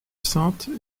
saintes